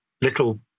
little